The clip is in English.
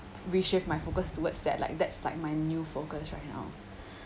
reshift my focus towards that like that's like my new focus right now